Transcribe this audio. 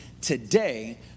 today